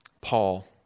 Paul